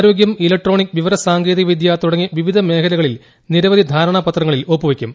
ആരോഗ്യം ഇലക്ട്രോണിക് വിവര സാങ്കേതിക വിദ്യ തുടങ്ങി വിവിധ മേഖലകളിൽ നിരവധി ധാരണാപത്രങ്ങളിൽ ഒപ്പുവയ്ക്കും